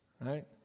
right